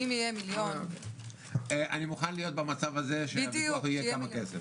אם יהיה מיליון --- אני מוכן להיות במצב הזה שהוויכוח יהיה כמה כסף.